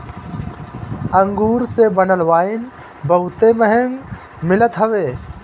अंगूर से बनल वाइन बहुते महंग मिलत हवे